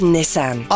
Nissan